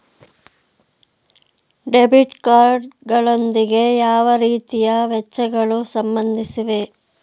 Debit card ಗಳೊಂದಿಗೆ ಯಾವ ರೀತಿಯ ವೆಚ್ಚಗಳು ಸಂಬಂಧಿಸಿವೆ?